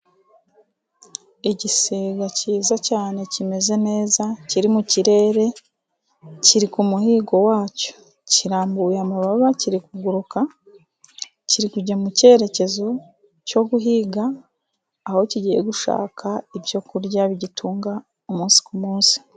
Igisiga cyiza cyane kimeze neza kiri mu kirere, kiri ku muhigo wacyo. Kirambuye amababa kiri kuguruka, kiri kujya mu cyerekezo cyo guhiga, aho kigiye gushaka ibyo kurya bigitunga umunsi ku munsi.